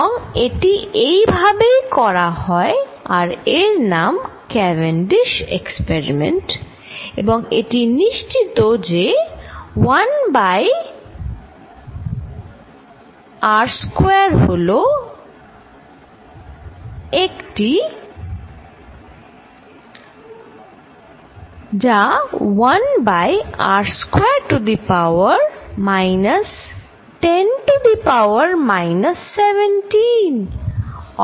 এবং এটি এই ভাবেই করা হয় আর এর নাম ক্যাভেন্ডিস এক্সপেরিমেন্ট এবং এটি নিশ্চিত যে 1 বাই r স্কয়ার হল একটি যা 1 by r square to the power plus minus ten to the power minus